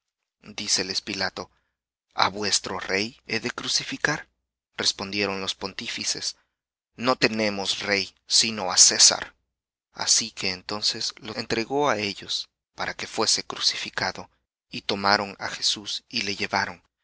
crucifícale díceles pilato a vuestro rey he de crucificar respondieron los pontífices no tenemos rey sino á césar así que entonces lo entregó á ellos para que fuese crucificado y tomaron á jesús y le llevaron